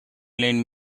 lend